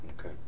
Okay